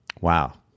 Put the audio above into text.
Wow